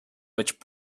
which